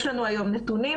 יש לנו היום גם נתונים,